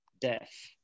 death